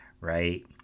right